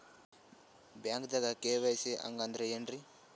ಬ್ಯಾಂಕ್ದಾಗ ಕೆ.ವೈ.ಸಿ ಹಂಗ್ ಅಂದ್ರೆ ಏನ್ರೀ?